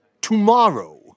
tomorrow